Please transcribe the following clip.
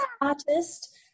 artist